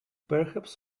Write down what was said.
perhaps